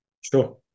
Sure